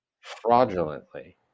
fraudulently